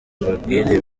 mbabwire